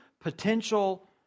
potential